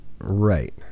right